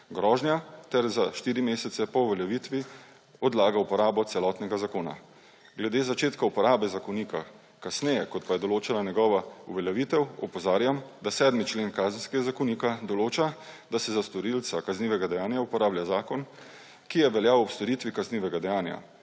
grožnja ter za štiri mesece po uveljavitvi odlaga uporabo celotnega zakona. Glede začetka uporabe zakonika kasneje, kot pa je določena njegova uveljavitev, opozarjam, da 7. člen Kazenskega zakonika določa, da se za storilca kaznivega dejanja uporablja zakon, ki je veljal ob storitvi kaznivega dejanja.